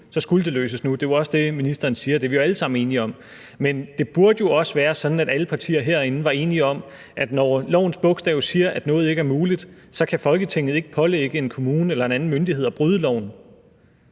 nu, skulle det løses nu. Det er jo også det, ministeren siger, og det er vi jo alle sammen enige om. Men det burde jo også være sådan, at alle partier herinde var enige om, at når lovens bogstav siger, at noget ikke er muligt, kan Folketinget ikke pålægge kommunen eller en anden myndighed at bryde loven.